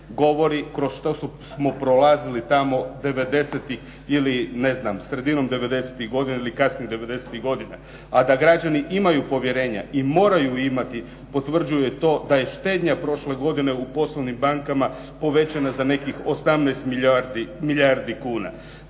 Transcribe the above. govori kroz što smo prolazili tamo devedesetih ili ne znam sredinom devedesetih godina ili kasnije devedesetih godina, a da građani imaju povjerenja i moraju imati, potvrđuje i to da je štednja prošle godine u poslovnim bankama povećana za nekih 18 milijardi kuna.